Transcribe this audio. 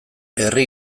herri